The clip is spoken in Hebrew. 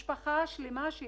מדובר במשפחה שיש